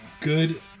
Good